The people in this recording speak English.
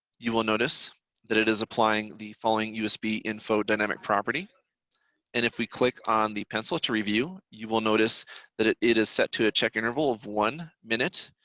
you will notice that it is applying the following usb info dynamic property and if we click on the pencil to review, you will notice that it it is set to a check interval of one minute.